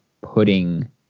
putting